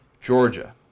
Georgia